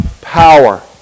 power